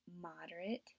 moderate